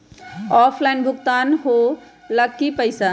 Offline भुगतान हो ला कि पईसा?